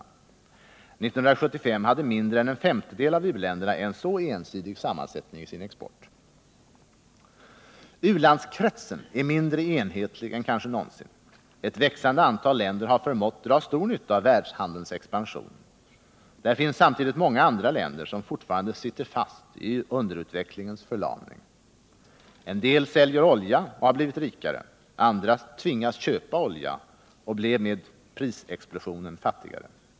1975 hade mindre än en femtedel av u-länderna en så ensidig sammansättning av sin export. U-landskretsen är mindre enhetlig än kanske någonsin. Ett växande antal länder har förmått dra stor nytta av världshandelns expansion. Där finns samtidigt många andra länder, som fortfarande sitter fast i underutvecklingens förlamning. En del säljer olja och har blivit rikare. Andra tvingas köpa olja och blev med prisexplosionen fattigare.